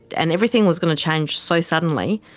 and everything was going to change so suddenly,